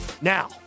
now